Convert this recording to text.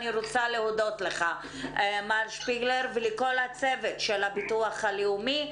אני רוצה להודות לך מר שפיגלר ולכל הצוות של הביטוח הלאומי.